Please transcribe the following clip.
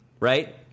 right